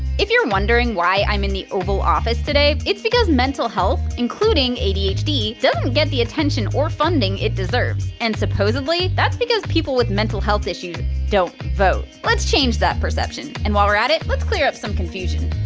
if you're wondering why i'm in the oval office today it's because mental health including adhd doesn't get the attention or funding it deserves and supposedly that's because people with mental health issues don't vote. let's change that perception, and while we're at it let's clear up some confusion.